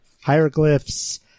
hieroglyphs